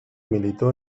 militó